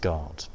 God